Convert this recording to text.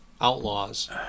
outlaws